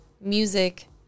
music